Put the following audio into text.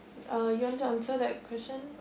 uh you want to answer that question